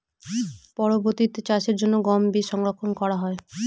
পরবর্তিতে চাষের জন্য গম বীজ সংরক্ষন করা হয়?